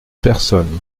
personnes